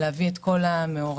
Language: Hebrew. להביא את כל המעורבים.